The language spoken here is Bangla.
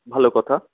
ভালো কথা